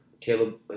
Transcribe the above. Caleb